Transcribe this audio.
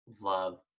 love